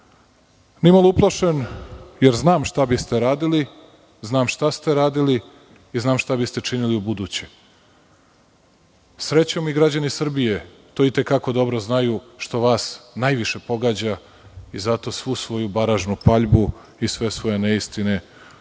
nimalo uplašen, jer znam šta biste radili, znam šta ste radili i znam šta biste činili u buduće. Srećom, i građani Srbije to i te kako dobro znaju, što vas najviše pogađa. Zato svu svoju baražnu paljbu i sve svoje neistine uglavnom